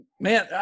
man